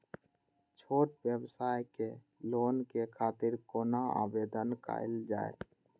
छोट व्यवसाय के लोन के खातिर कोना आवेदन कायल जाय?